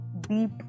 deep